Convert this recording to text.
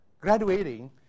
graduating